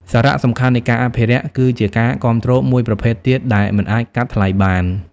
សារៈសំខាន់នៃការអភិរក្ស គឺជាការគាំទ្រមួយប្រភេទទៀតដែលមិនអាចកាត់ថ្លៃបាន។